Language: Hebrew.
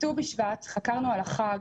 בט"ו בשבט חקרנו על החג,